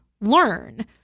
learn